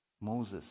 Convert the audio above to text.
moses